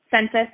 census